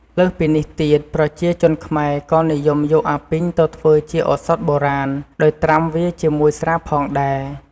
លើសពីនេះទៀត ប្រជាជនខ្មែរក៏និយមយកអាពីងទៅធ្វើជាឧសថបុរាណ ដោយត្រាំវាជាមួយស្រាផងដែរ។